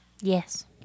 Yes